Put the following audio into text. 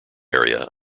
area